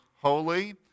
holy